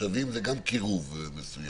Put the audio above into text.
השבים זה גם קירוב מסוים.